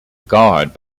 guard